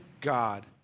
God